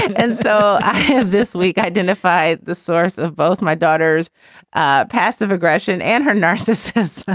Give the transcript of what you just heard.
and so i have this week identify the source of both my daughter's ah passive aggression and her narcissism